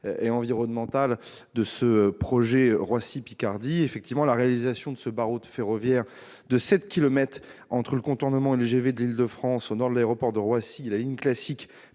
et environnementale du projet Roissy-Picardie. Effectivement, la réalisation de ce barreau ferroviaire de sept kilomètres entre le contournement LGV de l'Île-de-France, au nord de l'aéroport de Roissy, et la ligne classique